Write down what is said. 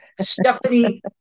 stephanie